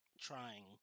trying